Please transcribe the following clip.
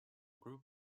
group